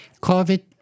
COVID